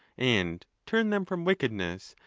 and turn them from wickedness,